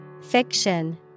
Fiction